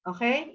Okay